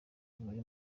muri